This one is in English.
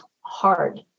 hard